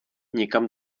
někam